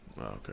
okay